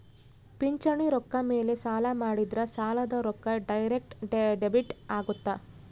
ಪಿಂಚಣಿ ರೊಕ್ಕ ಮೇಲೆ ಸಾಲ ಮಾಡಿದ್ರಾ ಸಾಲದ ರೊಕ್ಕ ಡೈರೆಕ್ಟ್ ಡೆಬಿಟ್ ಅಗುತ್ತ